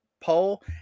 poll